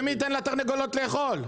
ומי ייתן לתרנגולות לאכול?